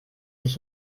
sich